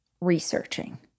researching